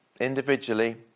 Individually